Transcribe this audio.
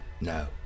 No